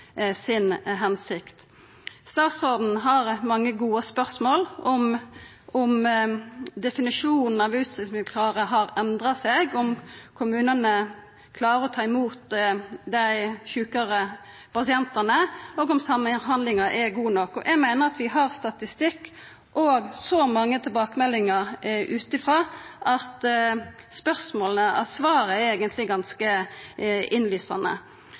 hensikt. Statsråden har mange gode spørsmål knytte til om definisjonen av utskrivingsklare har endra seg, om kommunane klarer å ta imot dei sjukare pasientane, og om samhandlinga er god nok. Eg meiner at vi har statistikk og så mange tilbakemeldingar utanfrå at svaret eigentleg er ganske innlysande.